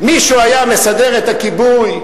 מישהו היה מסדר את הכיבוי?